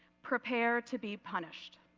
prepare to be punished.